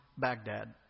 Baghdad